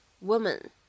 woman